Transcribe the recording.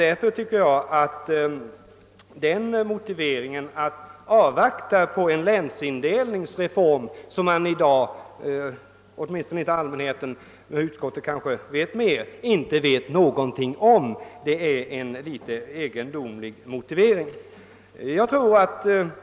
Därför tycker jag att det är en något egendomlig motivering att hänvisa till att vi bör avvakta en länsindelningsreform, om vilken åtminstone allmänheten inte vet något — utskottet kanske vet mer.